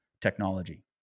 technology